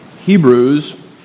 Hebrews